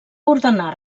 ordenar